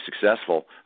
successful